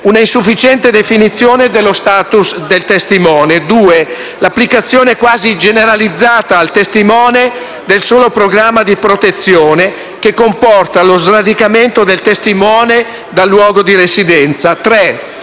un'insufficiente definizione dello *status* di testimone; l'applicazione quasi generalizzata al testimone del solo programma di protezione, che comporta il suo sradicamento dal luogo di residenza; il